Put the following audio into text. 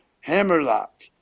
hammerlock